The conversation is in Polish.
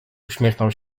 uśmiechnął